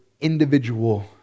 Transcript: individual